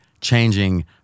changing